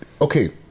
Okay